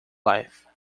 life